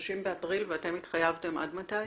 30 באפריל ואתם התחייבתם עד מתי?